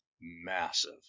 massive